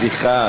בן ארי, סליחה.